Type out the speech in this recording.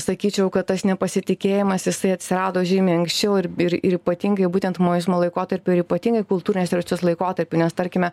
sakyčiau kad tas nepasitikėjimas jisai atsirado žymiai anksčiau ir ir ypatingai būtent maoizmo laikotarpiu ir ypatingai kultūrinės evoliucijos laikotarpiu nes tarkime